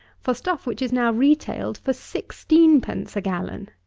for stuff which is now retailed for sixteen pence a gallon!